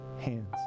hands